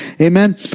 Amen